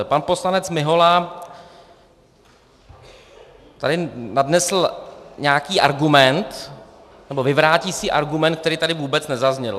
Pan poslanec Mihola tady nadnesl nějaký argument, nebo vyvracel argument, který tady vůbec nezazněl.